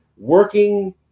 working